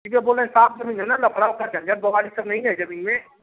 यह भैया बोल रहे हैं साफ ज़मीन है ना लफड़ा उफड़ा झंझट बवाल यह सब नहीं है ना ज़मीन में